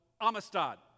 Amistad